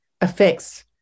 affects